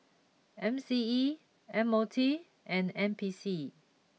M C E M O T and N P C